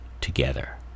together